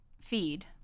feed